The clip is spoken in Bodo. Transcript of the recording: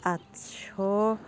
आठस'